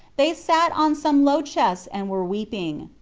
they sat on some low chests and were weeping.